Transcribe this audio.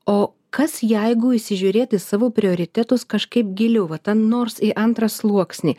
o kas jeigu įsižiūrėt į savo prioritetus kažkaip giliau vata nors antrą sluoksnį